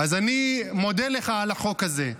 אז אני מודה לך על החוק הזה.